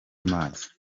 amazi